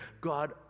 God